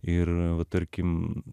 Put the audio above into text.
ir va tarkim